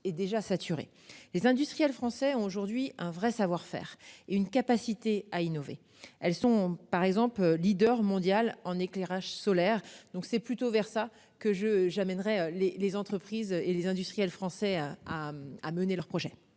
Les industriels français ont aujourd'hui un vrai savoir-faire et une capacité à innover. Elles sont par exemple leader mondial en éclairage solaire. Donc c'est plutôt vers ça que je, j'amènerai les, les entreprises et les industriels français à à à mener leur projet.